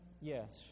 Yes